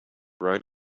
right